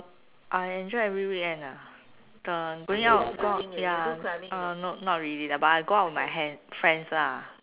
I enjoy every weekend ah the going out go out ya uh not really lah but I go out with my friend friends lah